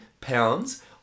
pounds